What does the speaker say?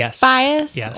bias